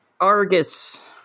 Argus